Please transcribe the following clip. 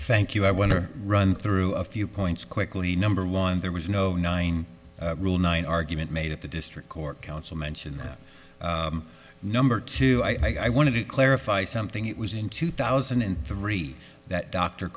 thank you i wonder run through a few points quickly number one there was no nine rule nine argument made at the district court counsel mentioned that number two i wanted to clarify something it was in two thousand and three that d